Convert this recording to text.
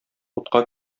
утка